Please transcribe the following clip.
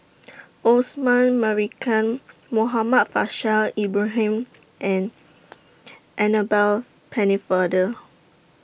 Osman Merican Muhammad Faishal Ibrahim and Annabel Pennefather